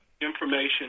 information